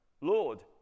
Lord